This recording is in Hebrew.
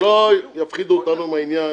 שלא יפחידו אותנו עם העניין